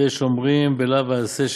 ויש אומרים בלאו ועשה,